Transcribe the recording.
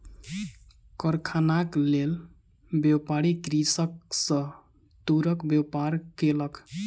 कारखानाक लेल, व्यापारी कृषक सॅ तूरक व्यापार केलक